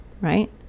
right